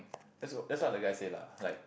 that's what that's what the guy say lah like